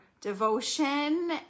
devotion